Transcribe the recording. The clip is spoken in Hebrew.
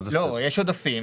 לא, יש עודפים